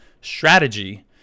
strategy